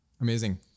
Amazing